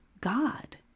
God